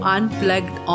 Unplugged